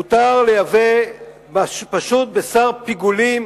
מותר לייבא פשוט בשר פיגולים,